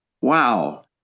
wow